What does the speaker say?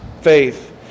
faith